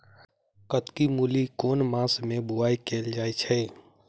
कत्की मूली केँ के मास मे बोवाई कैल जाएँ छैय?